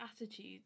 attitudes